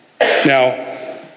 Now